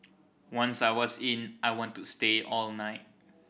once I was in I wanted to stay all night